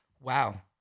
wow